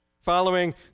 Following